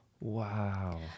Wow